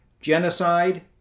genocide